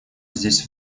здесь